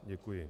Děkuji.